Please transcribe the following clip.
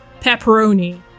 pepperoni